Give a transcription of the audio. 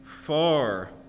far